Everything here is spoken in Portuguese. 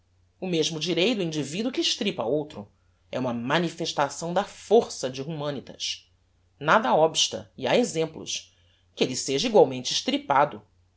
o mesmo direi do individuo que estripa a outro é uma manifestação da força de humanitas nada obsta e ha exemplos que elle seja egualmente estripado